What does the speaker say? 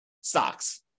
stocks